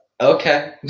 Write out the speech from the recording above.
Okay